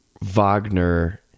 Wagner